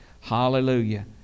Hallelujah